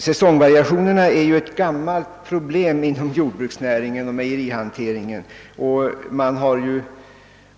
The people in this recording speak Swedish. Säsongvariationerna är ett gammalt problem inom jordbruksnäringen och mejerihanteringen.